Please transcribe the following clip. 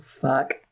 Fuck